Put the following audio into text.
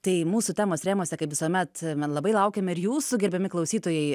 tai mūsų temos rėmuose kaip visuomet man labai laukiam ir jūsų gerbiami klausytojai